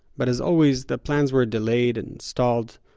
but, as always, the plans were delayed and stalled,